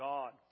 God